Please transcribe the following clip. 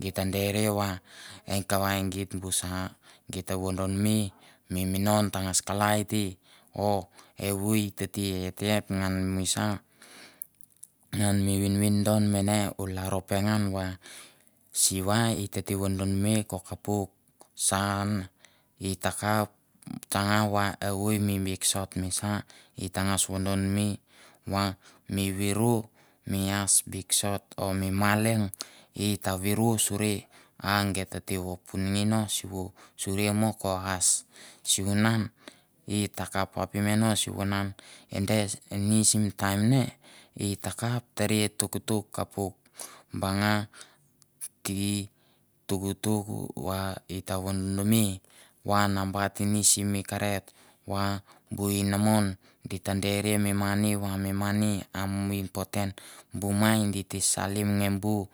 geit ta deria va e kava e geit bu sa, geit ta vodonme mi minon tangas kalai te o evoi tete hethet ngan mi sa. Ian mi vinvindon mane u lalro pengan va siva i tete vodonme ko ka puk sa an i ta kap tsanga ve evoi mi biksot misa, i tangas vodonme va mi viru mi as biksot o mi ma leong i ta viru suri a gei tete vo punge no sivo suri mo ka as, sivunan i takap apim ngan no sivunan e des ni sim taim ne i takap tere tuktuk kapuk banga ki tuktuk va i ta vododome va na bat ni sim kerot va bu inamon di ta derie mi mani va mi mani a mo important bu mai di te salim nge bu